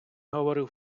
говорив